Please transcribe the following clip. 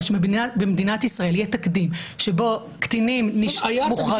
שבמדינת ישראל יהיה תקדים שבו קטינים מחורגים.